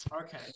Okay